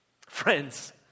Friends